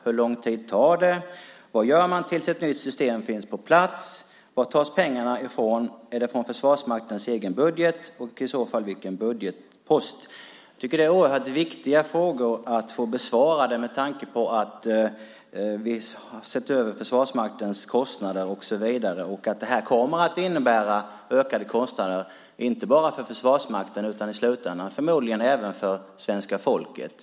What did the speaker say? Hur lång tid tar det? Vad gör man tills ett nytt system finns på plats? Var tas pengarna? Tas de från Försvarsmaktens egen budget - i så fall vilken budgetpost? Jag tycker att det här är oerhört viktiga frågor att få besvarade med tanke på att vi har sett över Försvarsmaktens kostnader och så vidare och på att detta kommer att innebära ökade kostnader inte bara för Försvarsmakten utan i slutändan förmodligen också för svenska folket.